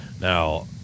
Now